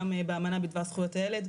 גם באמנה בדבר זכויות הילד,